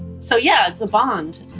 so yeah, it's a bond.